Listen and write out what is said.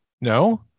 no